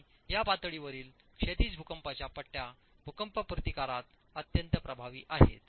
आणि या पातळीवरील क्षैतिज भूकंपाच्या पट्ट्या भूकंप प्रतिकारात अत्यंत प्रभावी आहेत